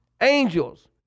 angels